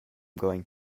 going